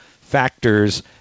factors